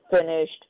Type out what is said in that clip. finished